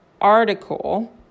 article